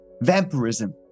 vampirism